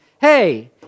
hey